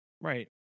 Right